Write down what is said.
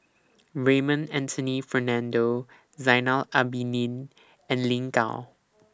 Raymond Anthony Fernando Zainal Abidin and Lin Gao